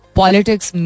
politics